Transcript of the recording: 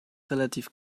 relativ